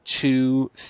two